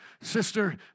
Sister